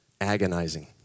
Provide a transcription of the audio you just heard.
agonizing